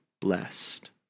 blessed